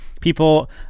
People